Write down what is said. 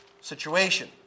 situation